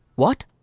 what?